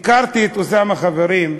חברים,